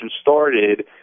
started